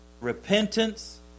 repentance